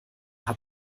hat